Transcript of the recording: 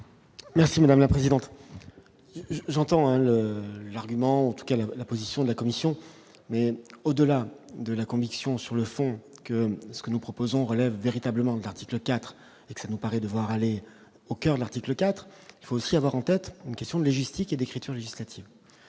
Merci madame la présidente j'entends l'argument tous quelle est la position de la Commission, mais au-delà de la conviction sur le fond que ce que nous proposons, relève véritablement Title IV et ça nous paraît devoir aller au coeur de l'article IV, il faut aussi avoir en tête une question de les justifier d'écriture législative,